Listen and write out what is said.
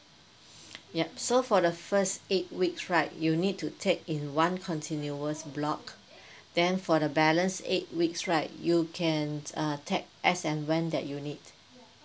yup so for the first eight weeks right you need to take in one continuous block then for the balance eight weeks right you can uh take as and when that you need